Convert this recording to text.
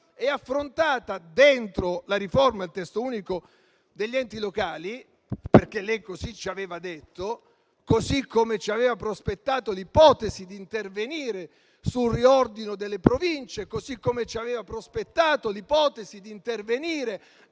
e affrontata dentro la riforma del Testo unico degli enti locali, perché lei così ci aveva detto, così come ci aveva prospettato l'ipotesi di intervenire sul riordino delle Province, così come ci aveva prospettato l'ipotesi di intervenire